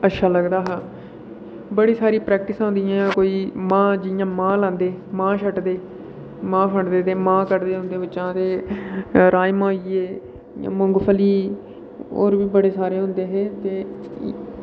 बड़ा अच्छा लगदा हा बड़ी सारी प्रैक्टिसां होंदियां हियां कोई मांह् जि'यां मांह् लांदे मांह् छटदे मांह् फंडदे ते मांह् कढदे उं'दे बिच्चा ते राजमाह् होई गे जि'यां मुंगफली होर बी बड़े सारे होंदे हे ते इ'यै